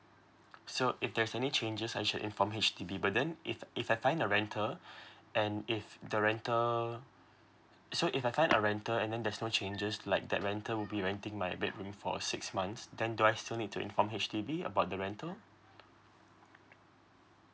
so if there's any changes I should inform H_D_B but then if if I find a renter and if the renter so if I find a renter and then there's no changes like that renter will be renting my bedroom for six months then do I still need to inform H_D_B about the renter